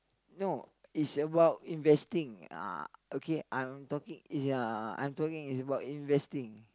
no it's about investing uh okay I'm talking ya I'm talking is about investing